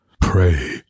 Pray